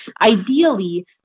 ideally